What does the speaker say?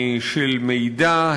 של מידע,